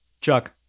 Chuck